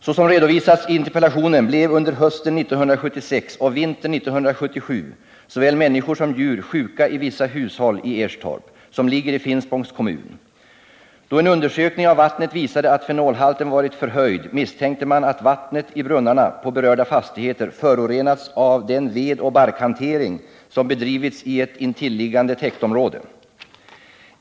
Såsom redovisats i interpellationen blev under hösten 1976 och vintern 1977 såväl människor som djur sjuka i vissa hushåll i Erstorp, som ligger i Finspångs kommun. Då en undersökning av vattnet visade att fenolhalten varit förhöjd, misstänkte man att vattnet i brunnarna på berörda fastigheter förorenats av den vedoch barkhantering som bedrivits i ett intilliggande täktområde.